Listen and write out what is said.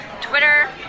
twitter